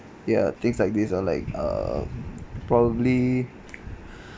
ya things like this or like uh probably